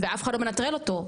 ואף אחד לא מנטרל אותו,